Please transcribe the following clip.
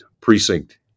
precinct